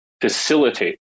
facilitate